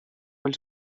els